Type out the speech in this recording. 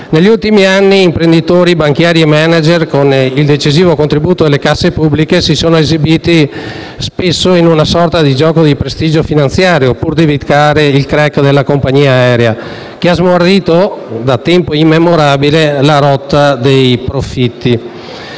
Negli ultimi anni, imprenditori, banchieri e *manager*, con il decisivo contributo delle casse pubbliche, si sono esibiti spesso in una sorta di gioco di prestigio finanziario pur di evitare il *crack* della compagnia aerea, che ha smarrito da tempo immemorabile la rotta dei profitti.